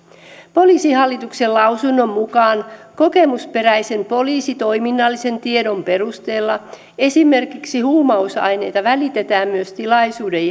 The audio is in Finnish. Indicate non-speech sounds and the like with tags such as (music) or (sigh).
poliisihallituksen lausunnon mukaan kokemusperäisen poliisitoiminnallisen tiedon perusteella esimerkiksi huumausaineita välitetään myös tilaisuuden (unintelligible)